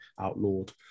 outlawed